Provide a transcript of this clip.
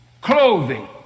Clothing